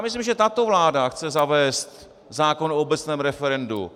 Myslím, že tato vláda chce zavést zákon o obecném referendu.